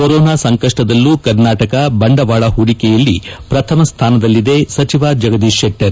corona ಸಂಕಷ್ಟದಲ್ಲೂ ಕರ್ನಾಟಕ ಬಂಡವಾಳ ಹೂಡಿಕೆಯಲ್ಲಿ ಪ್ರಥಮ ಸ್ಥಾನದಲ್ಲಿದೆ ಸಚಿವ ಜಗದೀಶ್ ಶೆಟ್ಟರ್